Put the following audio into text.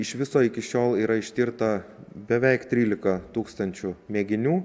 iš viso iki šiol yra ištirta beveik trylika tūkstančių mėginių